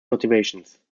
motivations